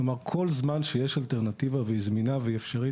כל זמן שיש אלטרנטיבה והיא זמינה והיא אפשרית,